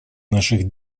наших